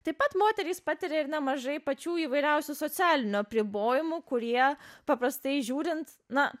taip pat moterys patiria ir nemažai pačių įvairiausių socialinių apribojimų kurie paprastai žiūrint na